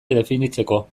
definitzeko